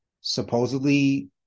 supposedly